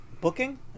booking